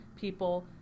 people